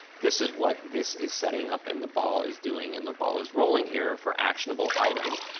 this is what this is setting up and the ball is doing and the ball is rolling here for actionable items.